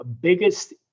biggest